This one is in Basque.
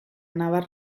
nabar